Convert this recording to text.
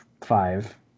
five